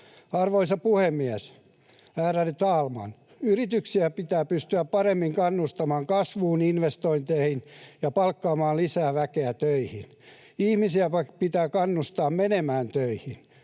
Arvoisa puhemies, ärade talman! Yrityksiä pitää pystyä paremmin kannustamaan kasvuun, investointeihin ja palkkaamaan lisää väkeä töihin. Ihmisiä vaikka pitää kannustaa menemään töihin.